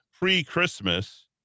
pre-Christmas